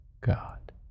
God